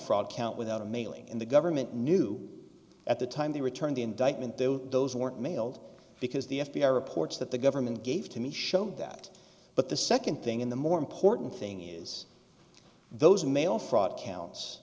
fraud count without a mailing in the government knew at the time they returned the indictment though those weren't mailed because the f b i reports that the government gave to me show that but the second thing in the more important thing is those mail fraud counts